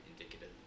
indicative